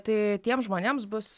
tai tiems žmonėms bus